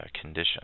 condition